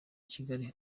kigali